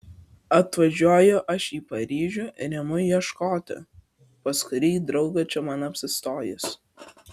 atvažiuoju aš į paryžių ir imu ieškoti pas kurį draugą čia man apsistojus